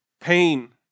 pain